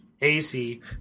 ac